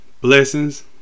blessings